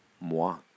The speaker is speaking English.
moi